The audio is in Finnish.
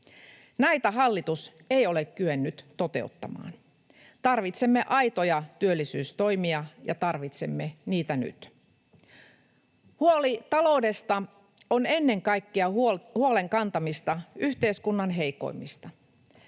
Näitä hallitus ei ole kyennyt toteuttamaan. Tarvitsemme aitoja työllisyystoimia ja tarvitsemme niitä nyt. Huoli taloudesta on ennen kaikkea huolen kantamista yhteiskunnan heikoimmista.